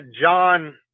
John